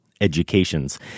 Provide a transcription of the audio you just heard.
educations